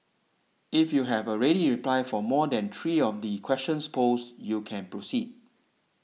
if you have a ready reply for more than three of the questions posed you can proceed